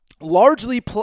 largely